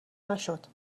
نشد